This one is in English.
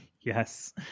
Yes